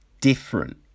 different